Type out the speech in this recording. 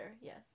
yes